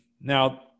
Now